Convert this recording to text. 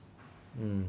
mm